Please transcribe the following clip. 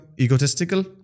egotistical